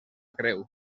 creu